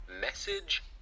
message